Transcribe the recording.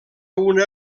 una